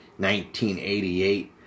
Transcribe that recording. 1988